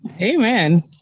Amen